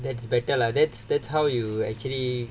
that's better lah that's that's how you actually